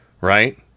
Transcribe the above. right